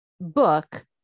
book